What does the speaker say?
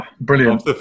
Brilliant